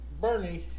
Bernie